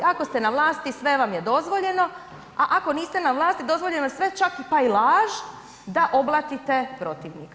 Ako ste na vlasti, sve vam je dozvoljeno, a ako niste na vlasti, dozvoljeno je sve, čak pa i laž da oblatite protivnika.